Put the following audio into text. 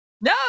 No